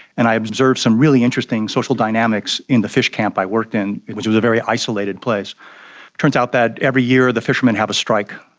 and i observed some really interesting social dynamics in the fish camp i worked in, which was a very isolated place. it turns out that every year the fishermen have a strike,